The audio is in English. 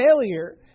failure